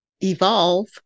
evolve